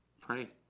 Pray